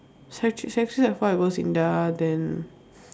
sec three sec three and four I go SINDA then